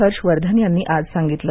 हर्ष वर्धन यांनी आज सांगितलं